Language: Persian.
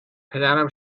پدرم